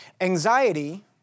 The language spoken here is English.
Anxiety